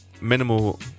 minimal